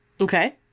okay